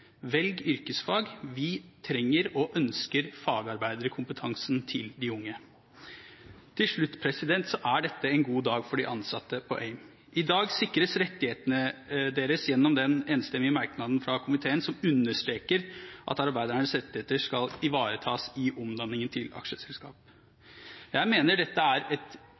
Velg yrkesfag, vi trenger og ønsker fagarbeiderkompetansen til de unge. Til slutt. Dette er en god dag for de ansatte på AIM. I dag sikres rettighetene deres gjennom den enstemmige merknaden fra komiteen som understreker at arbeidernes rettigheter skal ivaretas i omdanningen til aksjeselskap. Jeg mener dette er et